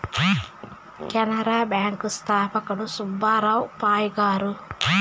Canara bank స్థాపకుడు సుబ్బారావు పాయ్ గారు